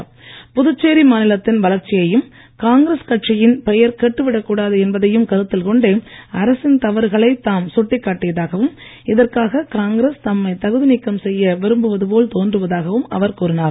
மாநிலத்தின் புதுச்சேரி வளர்ச்சியையும் காங்கிரஸ் கட்சியின் பெயர் கெட்டுவிடக் கூடாது என்பதையும் கருத்தில் கொண்டே அரசின் தவறுகளைத் தாம் சுட்டிக் காட்டியதாகவும் இதற்காக காங்கிரஸ் தம்மை தகுதி நீக்கம் செய்ய விரும்புவது போல் தோன்றுவதாகவும் அவர் கூறினார்